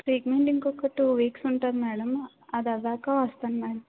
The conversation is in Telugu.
ట్రీట్మెంట్ ఇంకొక టూ వీక్స్ ఉంటుంది మేడం అది అయ్యాక వస్తాను మేమ్